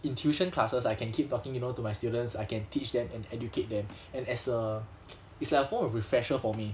in tuition classes I can keep talking you know to my students I can teach them and educate them and as a it's like a form of refresher for me